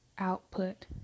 output